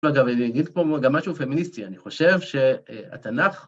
אגב, אני אגיד פה גם משהו פמיניסטי, אני חושב שהתנ״ך...